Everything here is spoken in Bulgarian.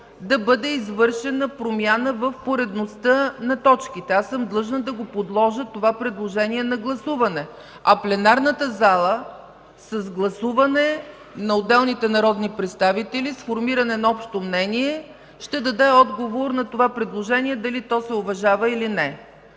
да бъде извършена промяна в поредността на точките. Аз съм длъжна да подложа това предложение на гласуване, а пленарната зала с гласуване на отделните народни представители с формиране на общо мнение ще даде отговор на това предложение, дали то се уважава или не.